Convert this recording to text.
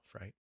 right